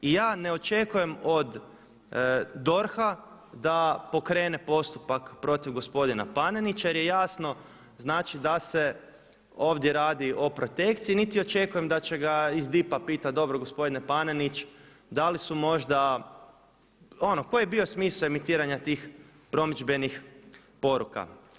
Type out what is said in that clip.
I ja ne očekujem od DORH-a da pokrene postupak protiv gospodina Panenića jer je jasno, znači da se ovdje radi o protekciji niti očekujem da će ga iz DIP-a pitati, dobro gospodine Panenić da li su možda, ono koji je bio smisao emitiranja tih promidžbenih poruka.